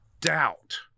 doubt